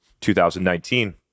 2019